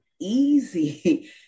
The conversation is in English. easy